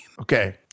Okay